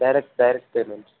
direct direct payment